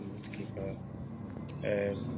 কি কয়